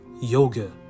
yoga